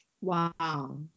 Wow